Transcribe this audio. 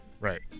Right